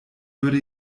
würde